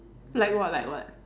like what like what